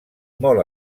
molt